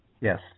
Yes